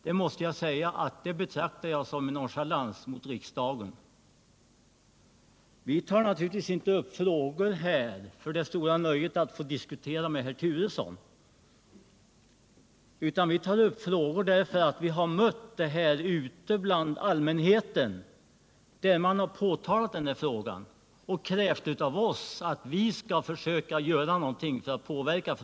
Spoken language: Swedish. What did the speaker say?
Att något sådant har skett betraktar jag som en nonchalans mot riksdagen. Vi tar naturligtvis inte upp frågor här i riksdagen för det stora nöjet att få diskutera med herr Turesson, utan vi tar upp dem därför att vi har mött dessa problem ute bland allmänheten, där man också påtalat dem och krävt av oss att vi skall försöka göra någonting åt dem.